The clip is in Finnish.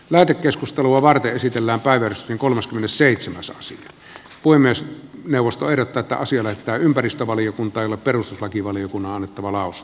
lähetekeskustelua varten esitellä päivysti kolmaskymmenesseitsemäs asi oi myös neuvosto erotetaan sillä että ympäristövaliokunta ja perustuslakivaliokunnan että maalaus